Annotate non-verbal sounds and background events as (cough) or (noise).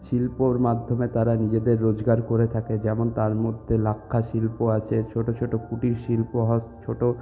শিল্পর মাধ্যমে তারা নিজেদের রোজগার করে থাকে যেমন তার মধ্যে লাক্ষা শিল্প আছে ছোটো ছোটো কুটির শিল্প (unintelligible) ছোটো